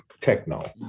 techno